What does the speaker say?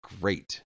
great